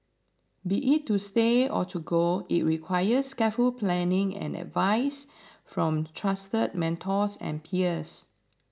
be it to stay or to go it requires careful planning and advice from trusted mentors and peers